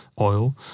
oil